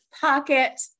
pocket